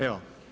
Evo.